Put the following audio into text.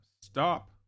stop